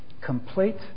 Complete